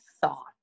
thought